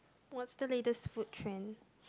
what's the latest food trend